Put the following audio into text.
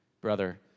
brother